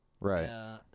right